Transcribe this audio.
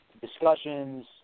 discussions